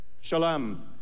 Shalom